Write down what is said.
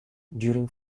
during